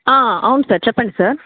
అవును సార్ చెప్పండి సార్